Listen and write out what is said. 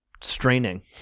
straining